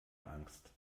angst